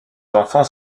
enfants